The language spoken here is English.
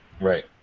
Right